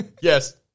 Yes